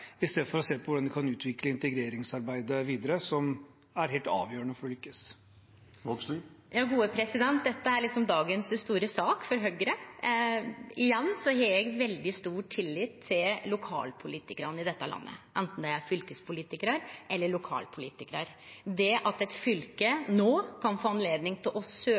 å se på hvordan de kan utvikle integreringsarbeidet videre, noe som er helt avgjørende for å lykkes? Dette er liksom dagens store sak for Høgre. Igjen: Eg har veldig stor tillit til lokalpolitikarane i dette landet, anten det er fylkespolitikarar eller lokalpolitikarar. At det at eit fylke no kan få anledning til å